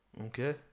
Okay